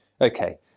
Okay